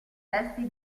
testi